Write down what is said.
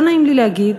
לא נעים לי להגיד,